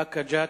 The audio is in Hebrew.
באקה-ג'ת,